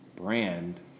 brand